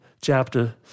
chapter